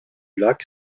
lac